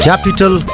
Capital